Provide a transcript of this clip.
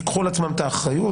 ייקחו על עצמם את האחריות.